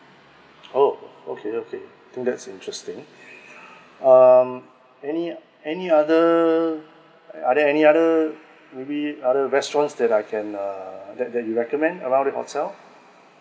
oh okay okay I think that's interesting um any any other are there any other maybe other restaurants that I can err that that you recommend around the hotel